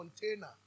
container